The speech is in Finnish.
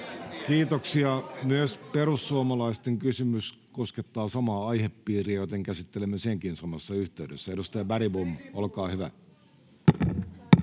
Content: Myös perussuomalaisten kysymys koskettaa samaa aihepiiriä, joten käsittelemme sen samassa yhteydessä. — Edustaja Bergbom, olkaa hyvä.